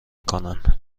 کنن